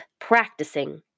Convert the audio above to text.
practicing